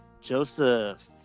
Joseph